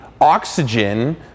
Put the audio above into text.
oxygen